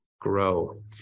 grow